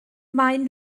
maen